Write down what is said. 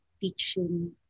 teaching